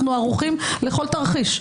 אנו ערוכים לכל תרחיש.